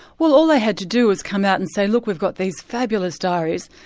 well all they had to do was come out and say, look, we've got these fabulous diaries,